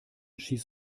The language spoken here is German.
schieß